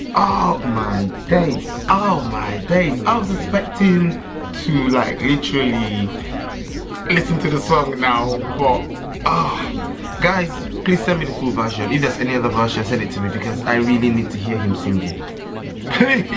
oh my days oh my days i was expecting to like literally listen to the song now but ah guys please send me the full version, if there's any other version send it to me because i really need to hear him singing please